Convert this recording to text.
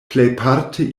plejparte